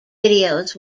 videos